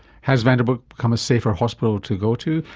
has vanderbilt become a safer hospital to go to,